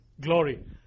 Glory